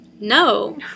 No